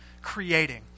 creating